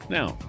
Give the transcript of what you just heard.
now